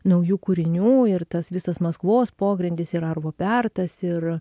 naujų kūrinių ir tas visas maskvos pogrindis ir arvo pertas ir